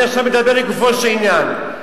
אני עכשיו מדבר לגופו של עניין,